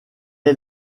est